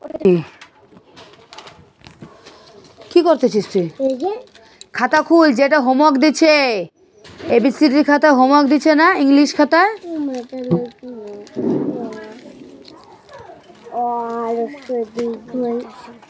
MobiKwik UPI सेवा छे जहासे पैसा भुगतान करवा सक छी